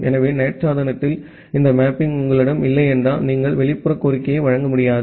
எனவே NAT சாதனத்தில் இந்த மேப்பிங் உங்களிடம் இல்லையென்றால் நீங்கள் வெளிப்புற கோரிக்கையை வழங்க முடியாது